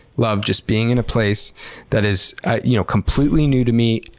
love just being in a place that is ah you know completely new to me,